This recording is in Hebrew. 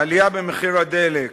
העלייה במחיר הדלק: